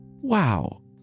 Wow